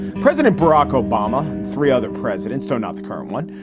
president barack obama, three other presidents, though not the current one,